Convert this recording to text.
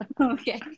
okay